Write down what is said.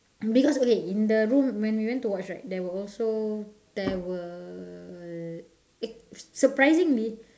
because okay in the room when we went to watch right there were also there were eh surprisingly